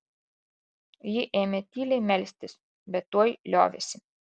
ji ėmė tyliai melstis bet tuoj liovėsi